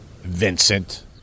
vincent